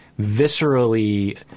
viscerally